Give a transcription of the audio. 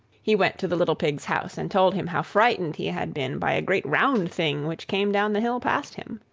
he went to the little pig's house, and told him how frightened he had been by a great round thing which came down the hill past him.